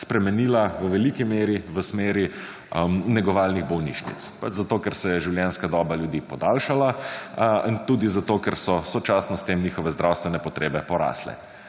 spremenila v veliki meri v smeri negovalnih bolnišnic, pač zato, ker se je življenjska doba ljudi podaljšala in tudi zato, ker so sočasno s tem njihove zdravstvene potrebe porasle.